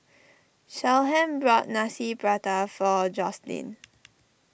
Shyheim bought Nasi Pattaya for Jocelynn